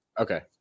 okay